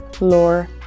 lore